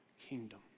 kingdom